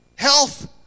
health